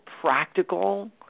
practical